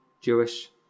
Jewish